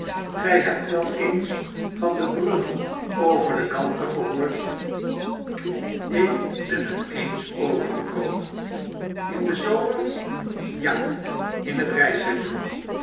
gij hebt wel eens van de brug over de ganther gehoord ik ben er eens over gekomen in den zomer ja in